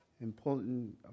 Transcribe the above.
important